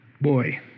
Boy